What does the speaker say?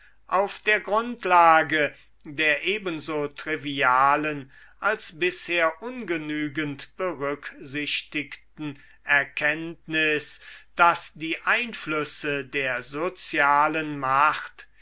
auf der grundlage der ebenso trivialen als bisher ungenügend berücksichtigten erkenntnis daß die einflüsse der sozialen macht